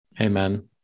Amen